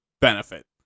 benefit